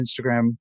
Instagram